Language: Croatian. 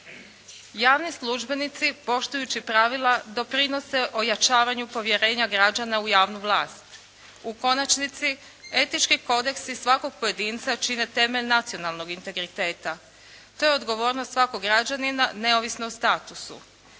Javni službenici poštujući pravila doprinose ojačavanju povjerenja građana u javnu vlast. U konačnici etički kodeksi svakog pojedinca čine temelj nacionalnog integriteta. To je odgovornost svakog građanina neovisno o statusu.